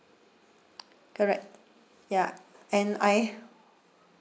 correct ya and I